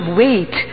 wait